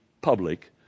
public